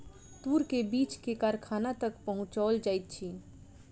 तूर के बीछ के कारखाना तक पहुचौल जाइत अछि